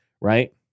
right